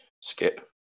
Skip